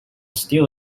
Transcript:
still